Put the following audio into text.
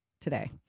today